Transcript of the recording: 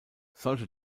solche